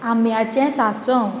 आम्याचें सासव